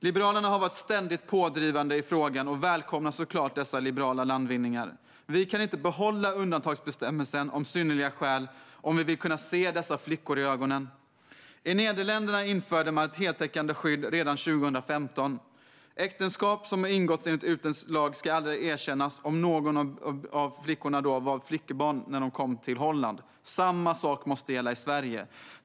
Liberalerna har varit ständigt pådrivande i frågan och välkomnar såklart dessa liberala landvinningar. Vi kan inte behålla undantagsbestämmelsen om synnerliga skäl om vi vill kunna se dessa flickor i ögonen. I Nederländerna införde man ett heltäckande skydd redan 2015. Äktenskap som har ingåtts enligt utländsk lag ska aldrig erkännas om flickan är ett flickebarn när hon kommer till Nederländerna. Samma sak måste gälla i Sverige.